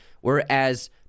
Whereas